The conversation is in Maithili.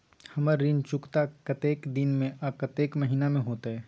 हमर ऋण चुकता कतेक दिन में आ कतेक महीना में होतै?